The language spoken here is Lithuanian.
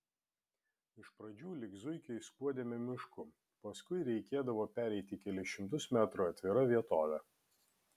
iš pradžių lyg zuikiai skuodėme mišku paskui reikėdavo pereiti kelis šimtus metrų atvira vietove